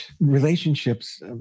relationships